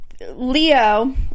leo